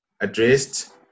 addressed